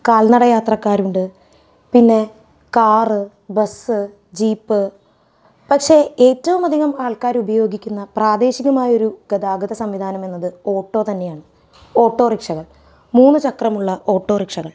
കാൽനടയാത്രക്കാരുണ്ട് പിന്നെ car bus jeep പക്ഷേ ഏറ്റവും അധികം ആൾക്കാരുപയോഗിക്കുന്ന പ്രാദേശികമായൊരു ഗതാഗത സംവിധാനമെന്നത് ഓട്ടോ തന്നെയാണ് ഓട്ടോ റിക്ഷകൾ മൂന്ന് ചക്രമുള്ള ഓട്ടോ റിക്ഷകൾ